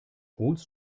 wohnst